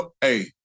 hey